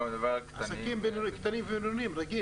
עסקים קטנים ובינוניים, רגיל.